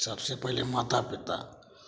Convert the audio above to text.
सबसे पहले माता पिता